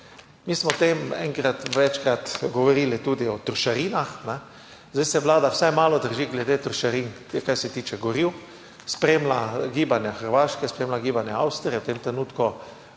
Mi smo o tem večkrat govorili tudi o trošarinah, zdaj se Vlada vsaj malo drži glede trošarin kar se tiče goriv, spremlja gibanje Hrvaške, spremlja gibanje Avstrije v tem trenutku,